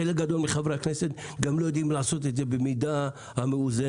חלק גדול מחברי הכנסת גם לא יודעים לעשות את זה במידה מאוזנת.